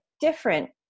different